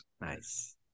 Nice